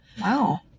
Wow